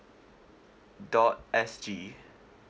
dot S G